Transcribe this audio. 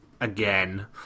again